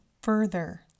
further